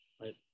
right